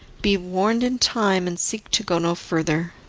be warned in time, and seek to go no further.